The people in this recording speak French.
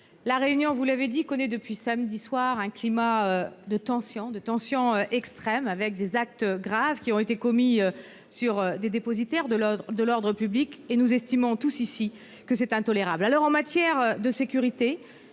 La Réunion, vous l'avez dit, connaît depuis samedi soir un climat de tension extrême. Des actes graves ont été commis contre des dépositaires de l'ordre public. Nous estimons tous ici que c'est intolérable. En matière de sécurité,